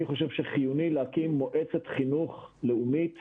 אני חושב שחיוני להקים מועצת חינוך לאומית